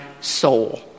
soul